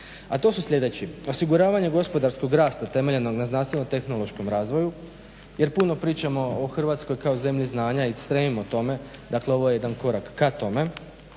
A to su sljedeći: osiguravanje gospodarskog rasta temeljenom na znanstvenotehnološkom razvoju, jer puno pričamo o Hrvatskoj kao zemlji znanja i stremimo tome, dakle ovo je jedan korak k tome,